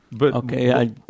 Okay